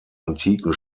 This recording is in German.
antiken